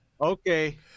okay